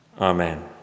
Amen